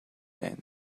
when